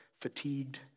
fatigued